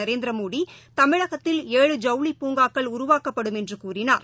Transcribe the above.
நரேந்திரமோடி தமிழகத்தில் ஏழு ஜவுளி பூங்காக்கள் உருவாக்கப்படும் என்றுகூறினார்